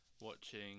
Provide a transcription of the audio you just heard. Watching